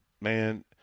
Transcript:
man